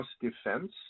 defense